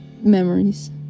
memories